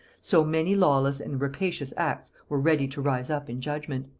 so many lawless and rapacious acts were ready to rise up in judgement.